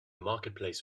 marketplace